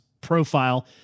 profile